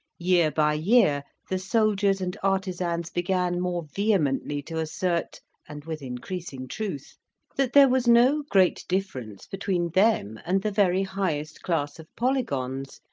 year by year the soldiers and artisans began more vehemently to assert and with increasing truth that there was no great difference between them and the very highest class of polygons,